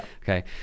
okay